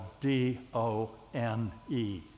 D-O-N-E